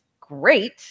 great